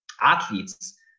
athletes